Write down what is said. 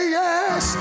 yes